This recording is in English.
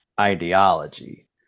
ideology